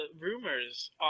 rumors